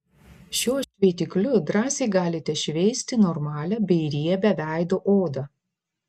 šiuo šveitikliu drąsiai galite šveisti normalią bei riebią veido odą